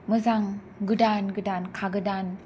मोजां गोदान गोदान खागोदान